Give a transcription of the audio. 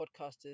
podcasters